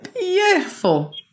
beautiful